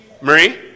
Marie